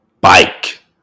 bike